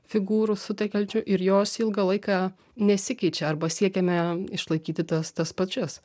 figūrų sutelkiančių ir jos ilgą laiką nesikeičia arba siekiame išlaikyti tas tas pačias